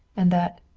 and that,